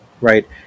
right